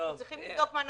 אנחנו צריכים לבדוק מה נעשה,